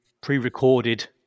pre-recorded